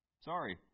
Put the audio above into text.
Sorry